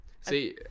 See